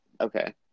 okay